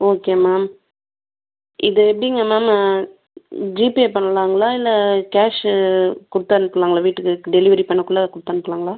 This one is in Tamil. ஓகே மேம் இது எப்படிங்க மேம் ஜீபே பண்ணலாங்களா இல்லை கேஷு கொடுத்து அனுப்பலாங்களா வீட்டுக்கு டெலிவரி பண்ணக்குள்ள அது கொடுத்து அனுப்பலாங்களா